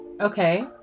Okay